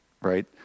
right